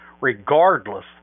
regardless